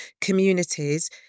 communities